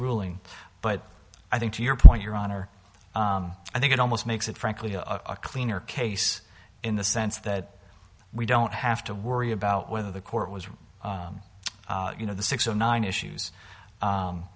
ruling but i think to your point your honor i think it almost makes it frankly a cleaner case in the sense that we don't have to worry about whether the court was you know the six or nine issues